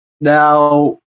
Now